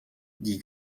dit